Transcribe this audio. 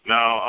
Now